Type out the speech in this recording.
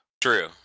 True